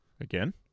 Again